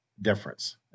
difference